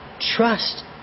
trust